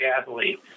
athlete